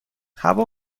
هوا